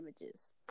images